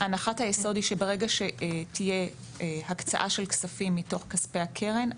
הנחת היסוד היא שברגע שתהיה הקצאה של כספים מתוך כספי הקרן,